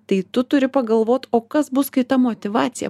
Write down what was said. tai tu turi pagalvoti o kas bus kai ta motyvacija